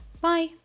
Bye